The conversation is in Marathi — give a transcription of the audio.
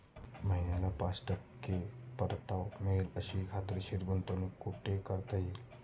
महिन्याला पाच टक्के परतावा मिळेल अशी खात्रीशीर गुंतवणूक कुठे करता येईल?